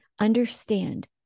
understand